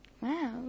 Wow